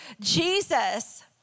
Jesus